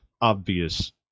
obvious